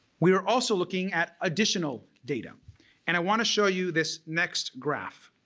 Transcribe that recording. we are also looking at additional data and i want to show you this next graph.